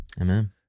Amen